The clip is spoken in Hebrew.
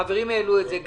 חברים העלו את זה.